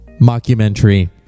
mockumentary